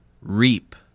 reap